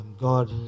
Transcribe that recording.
God